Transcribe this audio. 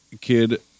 kid